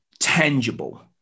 tangible